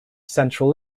central